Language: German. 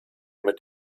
mit